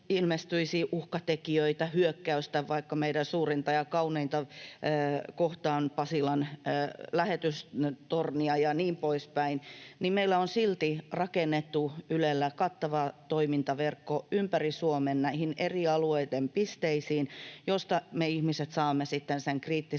ilmestyisi uhkatekijöitä, hyökkäystä vaikka meidän suurinta ja kauneinta eli Pasilan lähetystornia kohtaan ja niin poispäin, niin meillä on Ylellä silti rakennettu kattava toimintaverkko ympäri Suomen näihin eri alueitten pisteisiin, joista me ihmiset saamme sitten sen kriittisen